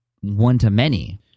one-to-many